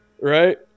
right